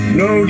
no